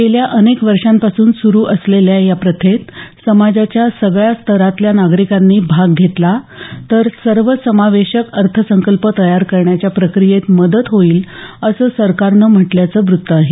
गेल्या अनेक वर्षांपासून सुरू असलेल्या या प्रथेमध्ये समाजाच्या सगळ्या स्तरांतल्या नागरिकांनी यात भाग घेतल्यास सर्वसमावेशक अर्थसंकल्प तयार करण्याच्या प्रक्रियेत मदत होईल असं सरकारनं म्हटल्याचं वृत्त आहे